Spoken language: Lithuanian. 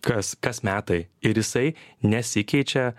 kas kas metai ir jisai nesikeičia